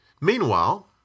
Meanwhile